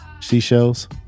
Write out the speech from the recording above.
seashells